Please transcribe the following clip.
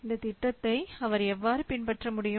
இந்தத் திட்டத்தை அவர் எவ்வாறு பின்பற்ற முடியும்